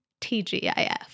TGIF